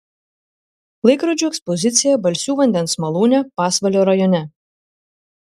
laikrodžių ekspozicija balsių vandens malūne pasvalio rajone